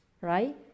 Right